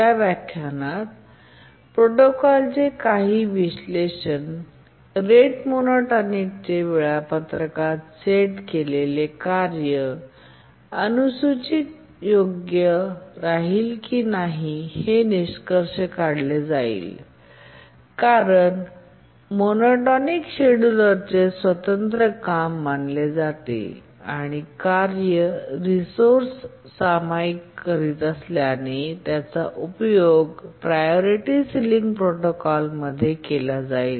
या व्याख्यानात प्रोटोकॉलचे काही विश्लेषण रेट मोनोटोनिक वेळापत्रकात सेट केलेले कार्य अनुसूचीयोग्य राहील की नाही हे निष्कर्ष काढले जाईल कारण मोनोटोनिक शेड्यूलरचे स्वतंत्र काम मानले जाते आणि कार्ये रिसोर्स सामायिक करीत असल्याने याचा उपयोग प्रायोरिटी सिलिंग प्रोटोकॉल मध्ये केला जाईल